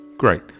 Great